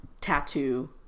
tattoo